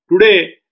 today